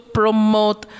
promote